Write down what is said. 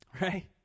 Right